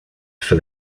for